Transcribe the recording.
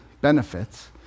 benefits